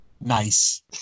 nice